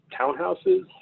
townhouses